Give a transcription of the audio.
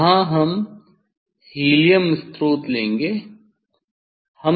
यहां हम हीलियम स्रोत लेंगे